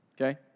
Okay